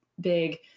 big